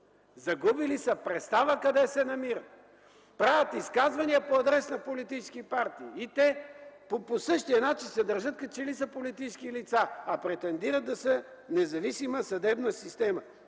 Загубили са представа къде се намират, правят изказвания по адрес на политически партии – и те по същия начин се държат, като че ли са политически лица, а претендират да са независима съдебна система!